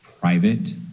private